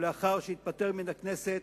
ולאחר שהתפטר מן הכנסת,